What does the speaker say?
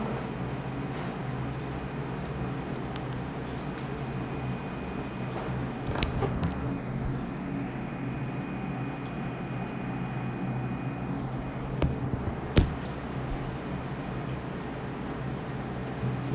ya ya it's a little bit off but should be okay lah 可以 cut and paste